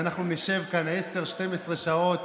ואנחנו נשב כאן 10, 12 שעות.